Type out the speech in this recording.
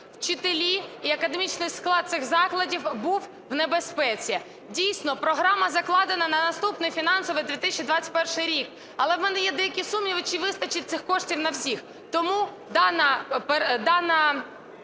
вчителі і академічний склад цих закладів був в небезпеці. Дійсно, програма закладена на наступний фінансовий 2021 рік, але в мене є деякі сумніви, чи вистачить цих коштів на всіх. Тому дана